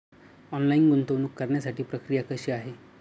Online गुंतवणूक करण्यासाठी प्रक्रिया कशी आहे?